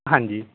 ਹਾਂਜੀ